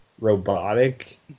robotic